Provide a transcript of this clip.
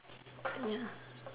ya